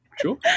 sure